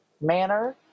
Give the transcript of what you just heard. manner